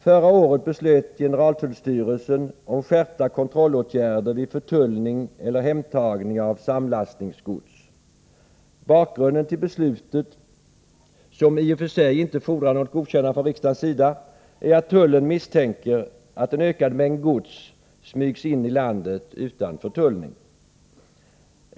Förra året beslöt generaltullstyrelsen om skärpta kontrollåtgärder vid förtullning eller hemtagning av samlastningsgods. Bakgrunden till beslutet, som i och för sig inte fordrar något godkännande från riksdagens sida, är att tullen misstänker att en ökad mängd gods smygs in i landet utan förtullning.